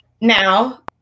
Now